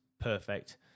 Perfect